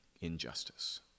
injustice